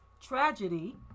tragedy